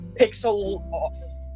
pixel